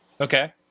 Okay